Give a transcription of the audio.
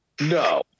No